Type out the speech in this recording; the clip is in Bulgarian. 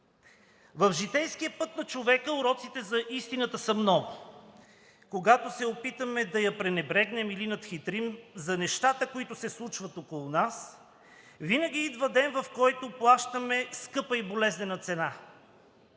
В житейския път на човека уроците за истината са много. Когато се опитаме да я пренебрегнем или надхитрим за нещата, които се случват около нас, винаги идва ден, в който плащаме скъпа и болезнена цена.